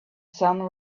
sun